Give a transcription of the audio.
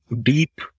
deep